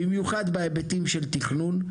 במיוחד בהיבטים של תכנון,